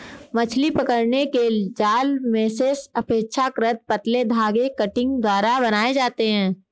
मछली पकड़ने के जाल मेशेस अपेक्षाकृत पतले धागे कंटिंग द्वारा बनाये जाते है